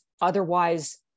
otherwise